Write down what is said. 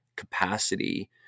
capacity